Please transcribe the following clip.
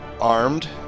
armed